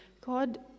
God